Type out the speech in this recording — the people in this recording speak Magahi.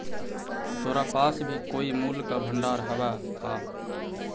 तोरा पास भी कोई मूल्य का भंडार हवअ का